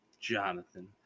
Jonathan